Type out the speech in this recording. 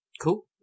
Cool